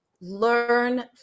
learn